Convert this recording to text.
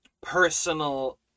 personal